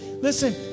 listen